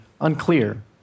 unclear